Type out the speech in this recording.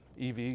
EV